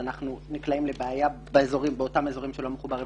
אנחנו נקלעים לבעיה באותם אזורים שלא מחוברים